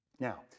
Now